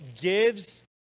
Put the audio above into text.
gives